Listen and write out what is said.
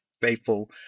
faithful